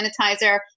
sanitizer